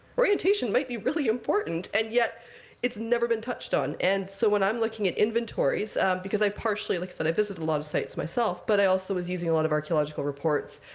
orientation might be really important, and yet it's never been touched on. and so when i'm looking at inventories because i partially look so i visited a lot of sites myself. but i also was using a lot of archaeological reports,